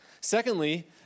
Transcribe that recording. Secondly